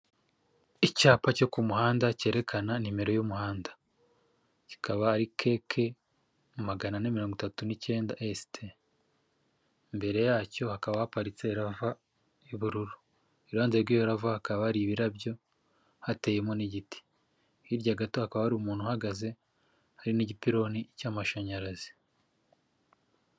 Icyapa cyo ku muhanda cyerekana nimero y'umuhanda. Kikaba ari KK magana ane mirongo itatu n'icyenda ST, imbere yacyo hakaba haparitse Lava y'ubururu, iruhande rw'iyo Lava hakaba hari ibirabyo hateyemo n'igiti, hirya gato hakaba hari umuntu uhagaze hari n'igipironi cy'amashanyarazi.